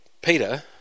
Peter